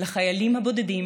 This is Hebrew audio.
ולחיילים הבודדים,